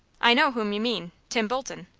i know whom you mean tim bolton.